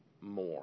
more